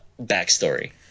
backstory